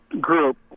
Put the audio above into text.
group